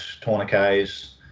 tourniquets